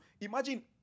imagine